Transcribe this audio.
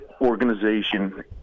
organization